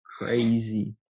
Crazy